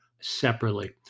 separately